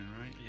right